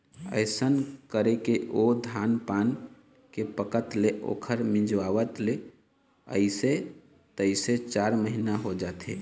अइसन करके ओ धान पान के पकत ले ओखर मिंजवात ले अइसे तइसे चार महिना हो जाथे